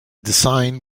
design